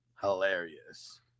Hilarious